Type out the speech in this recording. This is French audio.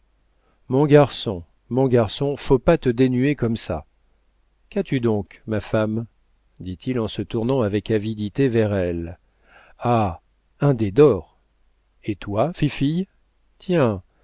mon garçon mon garçon faut pas te dénuer comme ça qu'as-tu donc ma femme dit-il en se tournant avec avidité vers elle ah un dé d'or et toi fifille tiens